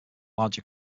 larger